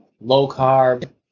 low-carb